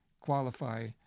qualify